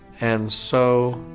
and so